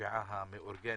הפשיעה המאורגנת,